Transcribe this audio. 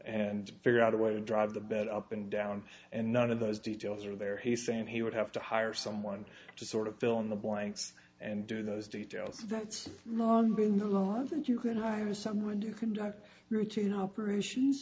and figure out a way to drive the bed up and down and none of those details are there he's saying he would have to hire someone to sort of fill in the blanks and do those details that's long been the law that you could hire someone to conduct routine operations